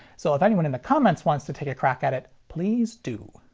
so if anyone in the comments wants to take a crack at it please do.